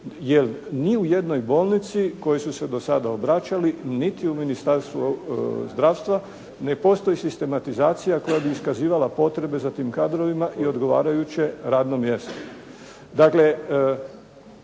jer ni u jednoj bolnici kojoj su se do sada obraćali niti u Ministarstvu zdravstva ne postoji sistematizacija koja bi iskazivala potrebe za tim kadrovima i odgovarajuće radno mjesto. Dakle